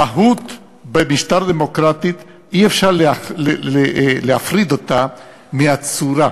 המהות במשטר דמוקרטי, אי-אפשר להפריד אותה מהצורה.